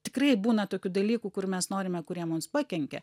tikrai būna tokių dalykų kurių mes norime kurie mums pakenkia